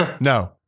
no